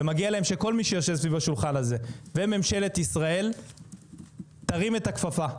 ומגיע להם שכל מי שיושב סביב השולחן הזה וממשלת ישראל תרים את הכפפה,